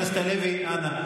עם הנאצים האלה,